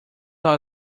all